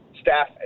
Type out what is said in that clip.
Staff